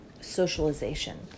socialization